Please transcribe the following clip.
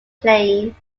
plain